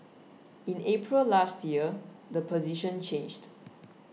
in April last year the position changed